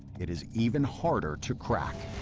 it is even harder to crack.